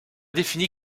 définie